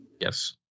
Yes